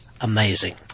amazing